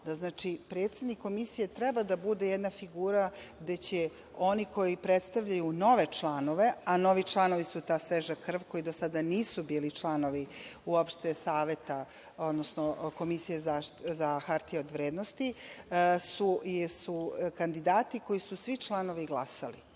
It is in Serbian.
znači, predsednik Komisije treba da bude jedna figura gde će oni koji predstavljaju nove članove, a novi članovi su ta sveža krv, koja do sada nisu bili članovi uopšte saveta, odnosno Komisije za hartije od vrednosti, su kandidati koji su svi članovi glasali.